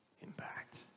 impact